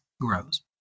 grows